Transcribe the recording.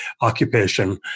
occupation